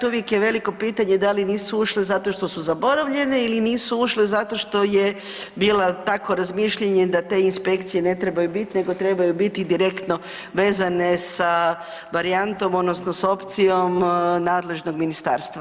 Uvijek je veliko pitanje da li nisu ušle zato što su zaboravljene ili nisu ušle zato što je bila takvo razmišljanje da te inspekcije ne trebaju biti nego trebaju biti direktno vezane sa varijantom odnosno s opcijom nadležnog ministarstva.